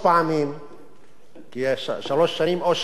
או שבע פעמים,